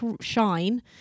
Shine